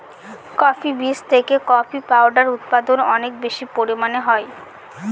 coffee বীজ থেকে coffee powder উৎপাদন অনেক বেশি পরিমানে হয়